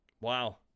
Wow